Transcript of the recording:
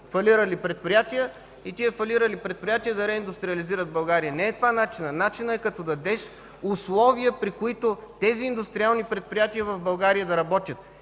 фалирали предприятия и тези фалирали предприятия да реиндустриализират България. Не е това начинът. Начинът е като създадеш условия, при които тези индустриални предприятия в България да работят.